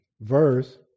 verse